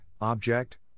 object